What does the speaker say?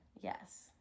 Yes